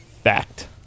fact